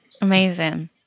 amazing